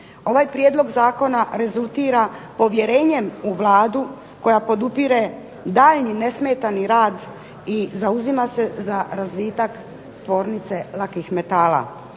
Ovaj prijedlog zakona rezultira povjerenjem u Vladu koja podupire daljnji nesmetani rad i zauzima se za razvitak tvornice lakih metala.